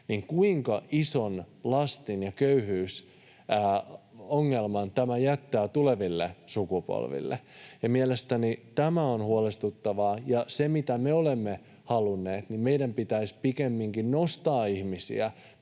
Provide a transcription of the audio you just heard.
niin kuinka ison lasten köyhyysongelman tämä jättää tuleville sukupolville? Mielestäni tämä on huolestuttavaa. Me olemme halunneet, että meidän pitäisi pikemminkin nostaa ihmisiä